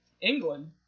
England